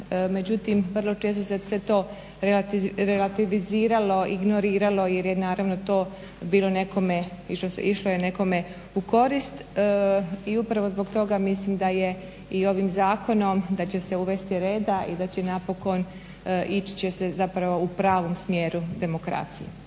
međutim vrlo često se sve to relativiziralo, ignoriralo jer je naravno to bilo nekome, išlo je nekome u korist. I upravo zbog toga mislim da i ovim zakonom da će se uvesti reda i da će napokon ići će se zapravo u pravom smjeru demokracije.